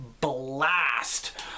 blast